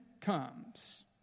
comes